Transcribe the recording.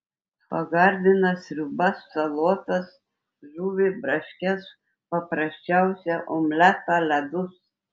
pagardina sriubas salotas žuvį braškes paprasčiausią omletą ledus